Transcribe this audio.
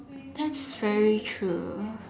that's very true